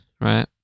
right